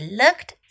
looked